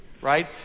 right